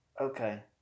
okay